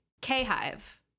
K-Hive